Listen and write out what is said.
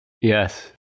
Yes